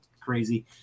crazy